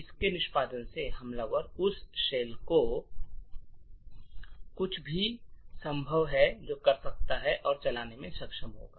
इसके निष्पादन से हमलावर उस शेल से जो कुछ भी संभव है उसे चलाने में सक्षम होगा